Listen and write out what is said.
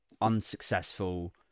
unsuccessful